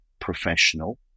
professional